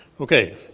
Okay